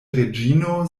reĝino